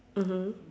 mmhmm